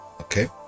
Okay